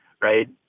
right